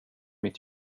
mitt